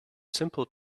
simple